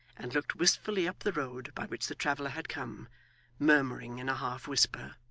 and looked wistfully up the road by which the traveller had come murmuring in a half whisper